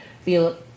feel